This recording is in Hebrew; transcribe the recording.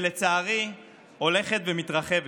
שלצערי הולכת ומתרחבת.